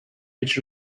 which